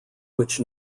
which